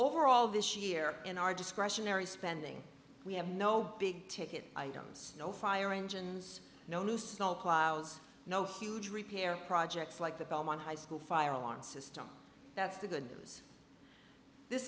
overall this year in our discretionary spending we have no big ticket items no fire engines no new snowplows no huge repair projects like the belmont high school fire alarm system that's the good news this